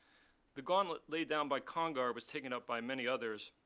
the gauntlet laid down by congar was taken up by many others,